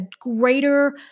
greater